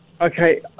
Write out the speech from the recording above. Okay